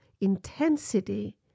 intensity